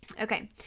Okay